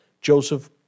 Joseph